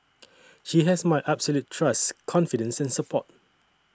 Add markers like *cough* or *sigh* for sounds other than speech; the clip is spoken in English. *noise* she has my absolute trust confidence and support